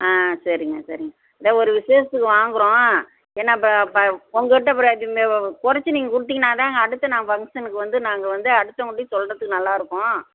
ஆ சரிங்க சரிங்க இந்த ஒரு விசேஷத்துக்கு வாங்கிறோம் ஏன்னால் ப ப உங்கக் கிட்டே குறைச்சி நீங்கள் கொடுத்தீங்கன்னா தாங்க அடுத்து நான் ஃபங்ஷனுக்கு வந்து நாங்கள் வந்து அடுத்தவங்கக்கிட்டேயும் சொல்கிறத்துக்கு நல்லாயிருக்கும்